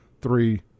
three